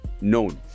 known